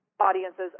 audiences